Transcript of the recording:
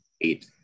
eight